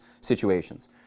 situations